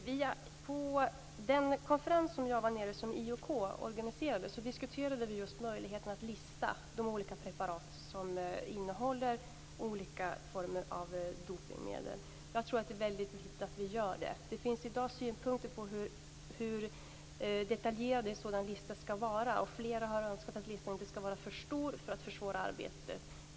Fru talman! På den konferens som jag deltog i, vilken IOK organiserade, diskuterade vi just möjligheten att lista de olika preparat som innehåller olika former av dopningsmedel. Jag tror att det är väldigt viktigt att detta sker. Det finns i dag synpunkter på hur detaljerad en sådan lista skall vara. Flera har önskat att listan inte skall vara alltför omfattande så att den försvårar arbetet.